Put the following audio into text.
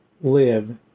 live